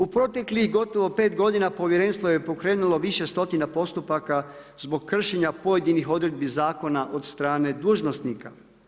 U proteklih gotovo 5 godina povjerenstvo je pokrenulo više stotina postupaka zbog kršenja pojedinih odredbi zakona od strane dužnosnika.